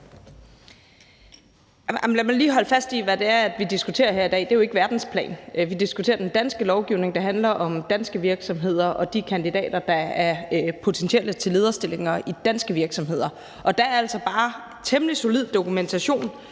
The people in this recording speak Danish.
Lad mig lige holde fast i, hvad det er, vi diskuterer her i dag. Det er jo ikke på verdensplan – vi diskuterer den danske lovgivning. Det handler om danske virksomheder og de kandidater, der er potentielle kandidater til lederstillinger i danske virksomheder. Og der er altså bare temmelig solid dokumentation